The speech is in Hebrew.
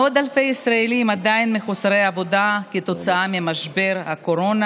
מאות אלפי ישראלים עדיין מחוסרי עבודה כתוצאה ממשבר הקורונה.